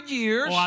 years